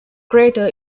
crater